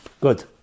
Good